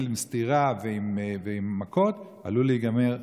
עם סטירה ועם ומכות עלול להיגמר בירי,